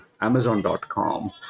amazon.com